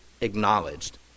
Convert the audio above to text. acknowledged